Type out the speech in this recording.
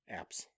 apps